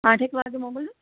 આઠએક વાગ્યે મોકલજો